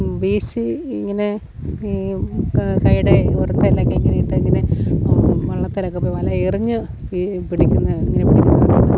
വീശി ഇങ്ങനെ കയ്യുടെ പുറത്തൊക്കെ ഇങ്ങനെയിട്ട് ഇങ്ങനെ വള്ളത്തിലൊക്കെപ്പോയി വല എറിഞ്ഞ് മീൻ പിടിക്കുന്ന മീനെ പിടിക്കുന്നവരുണ്ട്